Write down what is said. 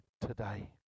today